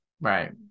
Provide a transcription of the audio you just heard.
Right